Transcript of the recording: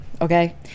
Okay